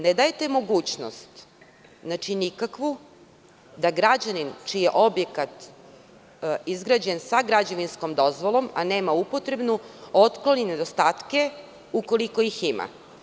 Ne dajete nikakvu mogućnost da građanin čiji je objekat izgrađen sa građevinskom dozvolom, a nema upotrebnu otkloni nedostatke ukoliko ih ima.